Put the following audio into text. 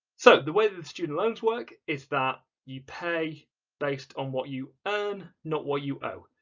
so the way that student loans work is that you pay based on what you earn, not what you owe.